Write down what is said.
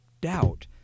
doubt